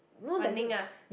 Wan-Ning ah